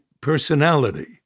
personality